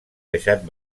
deixat